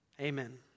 Amen